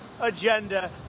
agenda